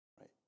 right